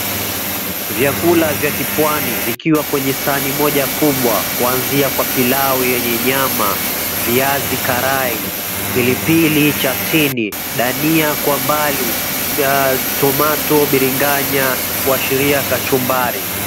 Vyakula vya kipwani vikiwa kwenye sahani moja kubwa, kwanzia kwa pilau yenye nyama, viazi karai, pilipili chatini, dania kwa mbali, tomato , biringanya kuashiria kachumbari.